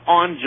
on